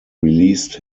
released